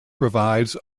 provides